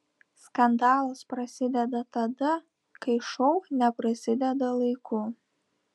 skandalas prasideda tada kai šou neprasideda laiku